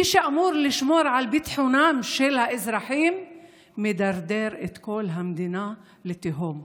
מי שאמור לשמור על ביטחונם של האזרחים מדרדר את כל המדינה לתהום.